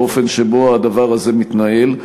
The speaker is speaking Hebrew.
האופן שבו הדבר הזה מתנהל.